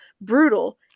brutal